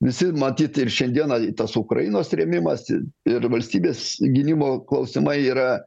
visi matyt ir šiandieną tas ukrainos rėmimas ir valstybės gynimo klausimai yra